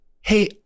hey